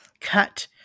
cut